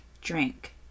drink